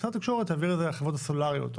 משרד התקשורת יעבור את זה לחברות הסלולריות,